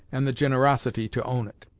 and the ginerosity to own it.